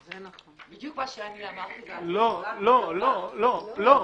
בדיוק מה שאני אמרתי --- לא, לא, לא.